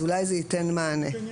אולי זה ייתן מענה.